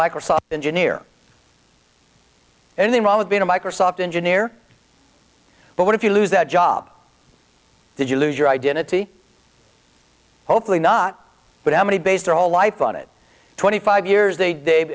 microsoft engineer in the wrong with being a microsoft engineer but what if you lose that job did you lose your identity hopefully not but how many base their whole life on it twenty five years they